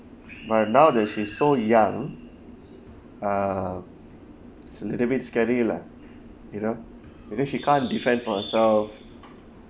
but now that she's so young err is a little bit scary lah you know because she can't defend for herself